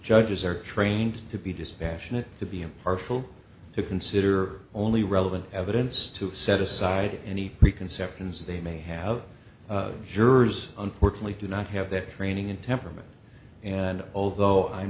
judges are trained to be dispassionate to be impartial to consider only relevant evidence to set aside any preconceptions they may have the jurors unfortunately do not have that training in temperament and although i'm